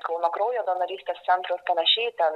kauno kraujo donorystės centro ir panašiai ten